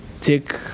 take